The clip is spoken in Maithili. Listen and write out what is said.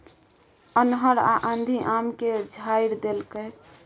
अन्हर आ आंधी आम के झाईर देलकैय?